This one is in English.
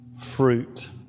fruit